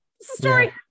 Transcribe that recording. story